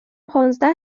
پانزده